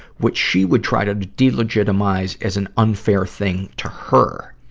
which she would try to delegitimize as an unfair thing to her.